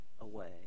away